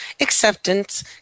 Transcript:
acceptance